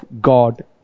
God